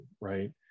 right